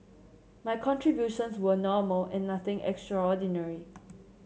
my contributions were normal and nothing extraordinary